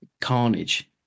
carnage